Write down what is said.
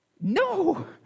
No